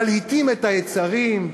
מלהיטים את היצרים,